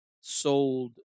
sold